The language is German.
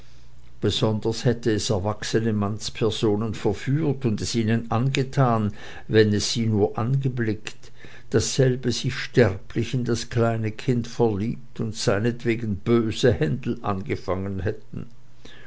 besonders hätte es erwachsene mannspersonen verführt und es ihnen angetan wenn es sie nur angeblickt daß selbe sich sterblich in das kleine kind verliebt und seinetwegen böse händel angefangen hätten